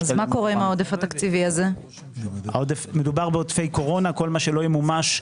מדובר בעודפי קורונה כל מה שלא ימומש,